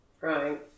right